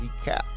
recap